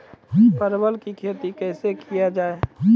परवल की खेती कैसे किया जाय?